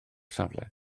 safle